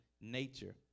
nature